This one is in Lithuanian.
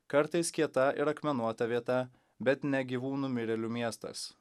kartais kieta ir akmenuota vieta bet ne gyvų numirėlių miestas